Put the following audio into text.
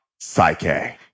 Psyche